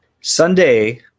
Sunday